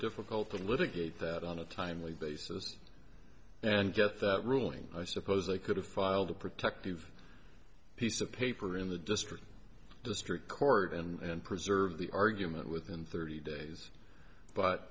difficult to litigate that on a timely basis and get that ruling i suppose they could have filed a protective piece of paper in the district district court and preserve the argument within thirty days but